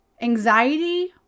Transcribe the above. Anxiety